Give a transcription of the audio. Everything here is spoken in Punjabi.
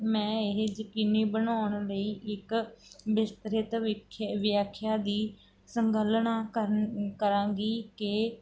ਮੈਂ ਇਹ ਯਕੀਨੀ ਬਣਾਉਣ ਲਈ ਇੱਕ ਵਿਸਤ੍ਰਿਤ ਵਿਖ ਵਿਆਖਿਆ ਦੀ ਸੰਗਲਣਾ ਕਰਨ ਕਰਾਂਗੀ ਕਿ